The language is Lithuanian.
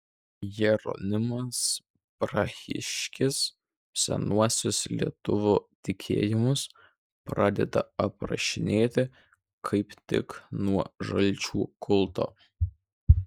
jeronimas prahiškis senuosius lietuvių tikėjimus pradeda aprašinėti kaip tik nuo žalčių kulto